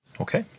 Okay